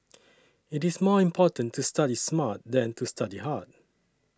it is more important to study smart than to study hard